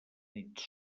nits